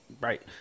Right